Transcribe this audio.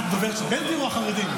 את דוברת של בן גביר או של החרדים?